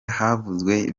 havuzwe